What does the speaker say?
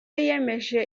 yiyemeje